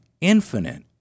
infinite